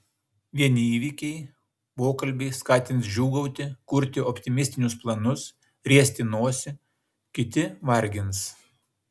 vieni įvykiai pokalbiai skatins džiūgauti kurti optimistinius planus riesti nosį kiti vargins